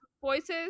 voices